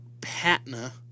Patna